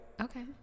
Okay